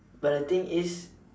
well the thing is